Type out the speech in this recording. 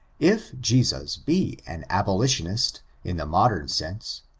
if jesus be an abolitionist, in the modem sense,